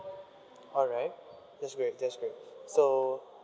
alright that's great that's great so